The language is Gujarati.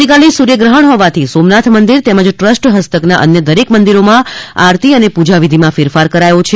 આવતીકાલે સૂર્યગ્રહણ હોવાથી સોમનાથ મંદિર તેમજ ટ્રસ્ટ હસ્તકના અન્ય દરેક મંદિરોમાં આરતીઓ પૂજાવિધિમાં ફેરફાર કરાયો છે